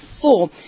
four